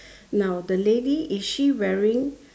now the lady is she wearing